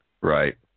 Right